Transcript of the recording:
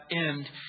end